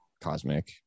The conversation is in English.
cosmic